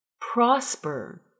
Prosper